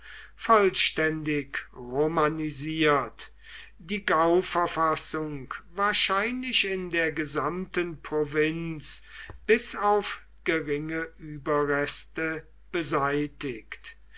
vollständig romanisiert die gauverfassung wahrscheinlich in der gesamten provinz bis auf geringe überreste beseitigt